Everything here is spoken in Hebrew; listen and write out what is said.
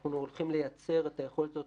אנחנו הולכים לייצר את היכולת הזאת